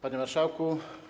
Panie Marszałku!